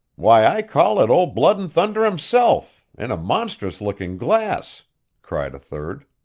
why, i call it old blood-and-thunder himself, in a monstrous looking-glass cried a third.